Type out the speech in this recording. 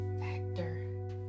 factor